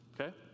okay